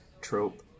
trope